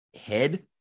head